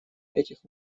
этих